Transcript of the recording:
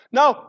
Now